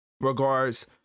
regards